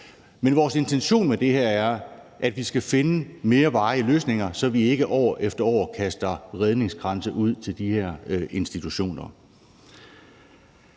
Men vores intention med det her er, at vi skal finde mere varige løsninger, så vi ikke år efter år kaster redningskranse ud til de her institutioner.